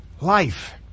life